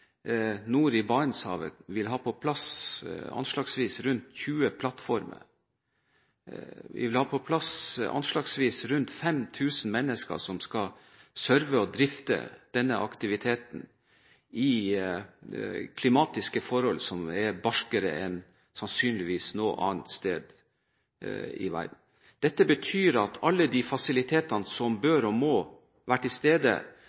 nord i Barentshavet vil ha på plass anslagsvis rundt 20 plattformer, og man vil ha på plass anslagsvis rundt 5 000 mennesker som skal sørge for å drifte denne aktiviteten i klimatiske forhold som er barskere enn sannsynligvis noe annet sted i verden. Dette betyr at alle de fasilitetene som bør og må være til stede